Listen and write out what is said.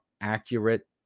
accurate